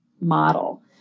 model